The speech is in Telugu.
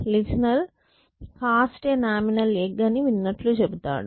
listener cost a nominal egg అని విన్నట్లు చెబుతాడు